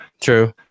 true